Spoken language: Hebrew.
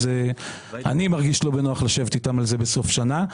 אני מרגיש לא בנוח לשבת איתם על זה בסוף שנה.